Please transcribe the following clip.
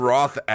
Roth